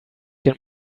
and